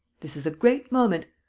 this is a great moment.